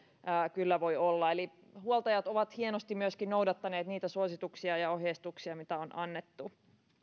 kyllä voi olla eli huoltajat ovat hienosti myöskin noudattaneet niitä suosituksia ja ohjeistuksia mitä on annettu